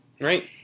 Right